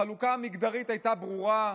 החלוקה המגדרית הייתה ברורה,